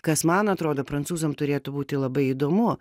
kas man atrodo prancūzam turėtų būti labai įdomu